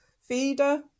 feeder